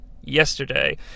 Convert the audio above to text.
yesterday